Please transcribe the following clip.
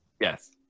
Yes